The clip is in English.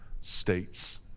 States